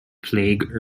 plague